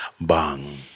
Bang